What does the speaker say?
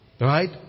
Right